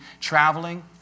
traveling